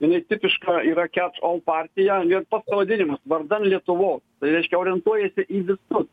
jinai tipiška yra kiatš ol partija ir pats pavadinimas vardan lietuvos reiškia orientuojasi į visus